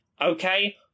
okay